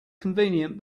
convenient